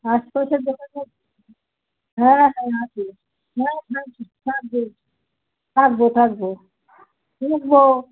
আশপাশের দোকানে হ্যাঁ হ্যাঁ আছে হ্যাঁ থাক থাকবে থাকবো থাকবো